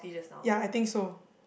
ya I think so